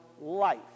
life